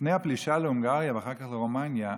לפני הפלישה להונגריה ואחר כך לרומניה,